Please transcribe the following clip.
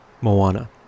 moana